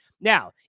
Now